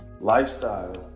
Lifestyle